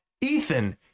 Ethan